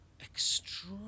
Extra